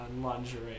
lingerie